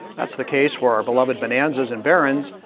that's the case where our beloved bonanzas and barons,